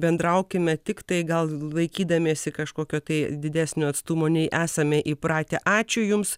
bendraukime tiktai gal laikydamiesi kažkokio tai didesnio atstumo nei esame įpratę ačiū jums